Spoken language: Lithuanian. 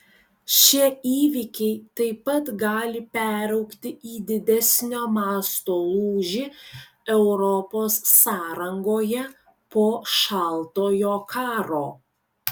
šie įvykiai taip pat gali peraugti į didesnio masto lūžį europos sąrangoje po šaltojo karo